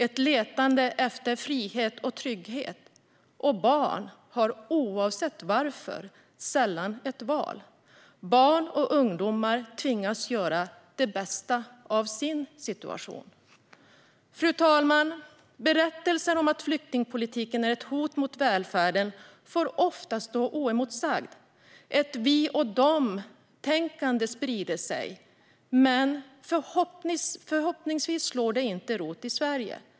Ett letande efter frihet och trygghet. Och barn har, oavsett varför, sällan ett val. Barn och ungdomar tvingas göra det bästa av sin situation. Fru talman! Berättelser om att flyktingpolitiken är ett hot mot välfärden får ofta stå oemotsagda. Ett vi-och-de-tänkande sprider sig, men förhoppningsvis slår det inte rot i Sverige.